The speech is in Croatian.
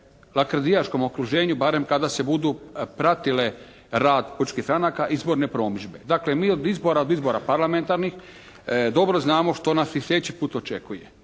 lakrdijaškom okruženju barem kada se bude pratio rad političkih stranaka izborne promidžbe. Dakle mi od izbora do izbora parlamentarnih dobro znamo što nas i sljedeći puta očekuje.